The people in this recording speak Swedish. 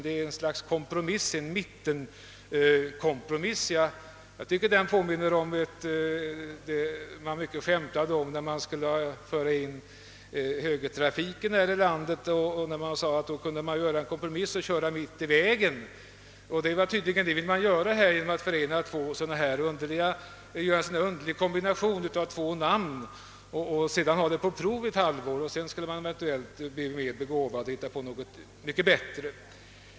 Det är ett slags mittenkompromiss, och jag tycker att den påminner om vad som sades på skämt när införande av högertrafik diskuterades. Det sades att man kunde göra en kompromiss och köra mitt på vägen. Det vill man: tydligen göra här genom denna underliga kombination av två namn på prov ett halvår, varefter man eventuellt skulle hitta på något mycket bättre.